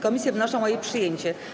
Komisje wnoszą o jej przyjęcie.